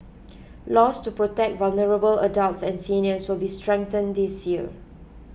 laws to protect vulnerable adults and seniors will be strengthened this year